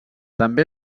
també